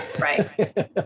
right